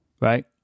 right